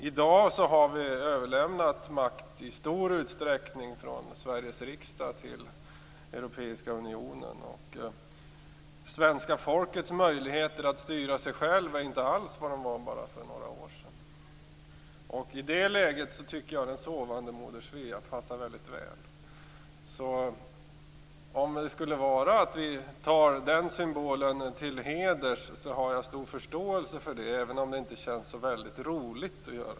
I dag har vi i stor utsträckning överlämnat makt från Sveriges riksdag till Europeiska unionen. Svenska folkets möjligheter att styra sig självt är inte alls lika stora som de var för bara några år sedan. I det läget passar den sovande Moder Svea väldigt väl. Om vi skulle ta den symbolen till heders har jag stor förståelse för det, även om det inte känns så roligt att göra det.